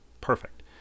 Perfect